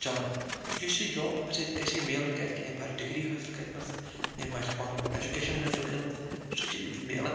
چَلان یُس یہِ جاب أمِس اتہِ گژھِ ہے میلُن کیٛازِ کہِ أمۍ آسہِ ڈِگری حٲصِل کٔرمٕژ أمۍ آسہِ پَنُن ایٚجوٗکیشَن حٲصِل کٔرمٕژ سُہ چھُنہٕ أمِس میلان